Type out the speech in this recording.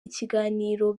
ikiganiro